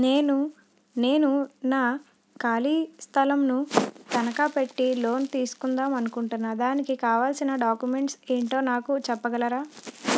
నేను నా ఖాళీ స్థలం ను తనకా పెట్టి లోన్ తీసుకుందాం అనుకుంటున్నా దానికి కావాల్సిన డాక్యుమెంట్స్ ఏంటో నాకు చెప్పగలరా?